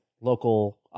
local